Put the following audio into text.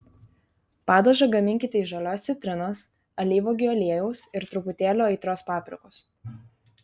padažą gaminkite iš žalios citrinos alyvuogių aliejaus ir truputėlio aitrios paprikos